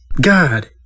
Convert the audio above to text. God